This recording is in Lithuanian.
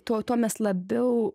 tuo tuo mes labiau